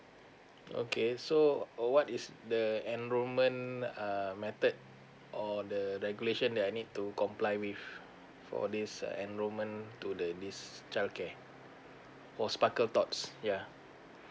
okay so uh what is there enrollment um method or the regulation that I need to comply with for this uh enrollment to the this childcare for sparkletots yeah